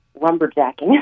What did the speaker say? lumberjacking